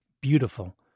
beautiful